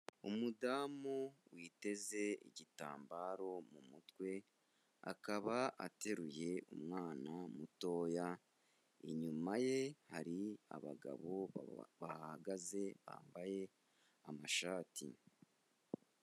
Umudamu witeze igitambaro mu mutwe, akaba ateruye umwana mutoya, inyuma ye hari abagabo baba bahagaze bambaye amashati.